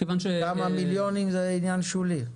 כמה מיליונים זה עניין שולי.